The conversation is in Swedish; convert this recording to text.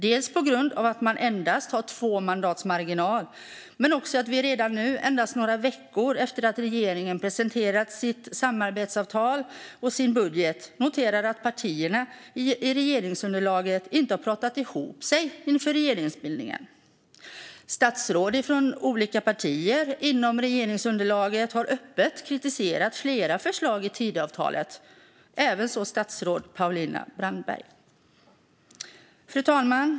Den har endast två mandats marginal. Och redan nu, endast några veckor efter det att regeringen presenterade sitt samarbetsavtal och sin budget, noterar vi att partierna i regeringsunderlaget inte hade pratat ihop sig inför regeringsbildningen. Statsråd från olika partier inom regeringsunderlaget har öppet kritiserat flera förslag i Tidöavtalet - så även statsrådet Paulina Brandberg. Fru talman!